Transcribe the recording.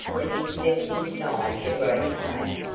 as he stepped inside the great safe,